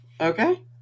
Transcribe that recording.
Okay